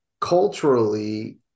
culturally